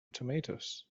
tomatoes